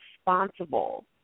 responsible